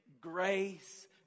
Grace